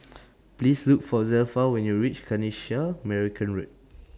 Please Look For Zelpha when YOU REACH Kanisha Marican Road